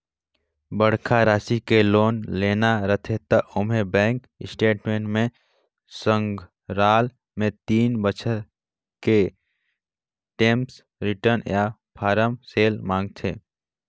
बड़खा रासि के लोन लेना रथे त ओम्हें बेंक स्टेटमेंट के संघराल मे तीन बछर के टेम्स रिर्टन य फारम सोला मांगथे